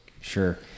Sure